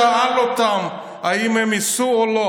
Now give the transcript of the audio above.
כאילו מישהו שאל אותם אם הם ייסעו או לא.